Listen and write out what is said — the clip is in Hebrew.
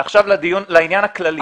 לעניין הכללי.